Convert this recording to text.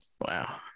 Wow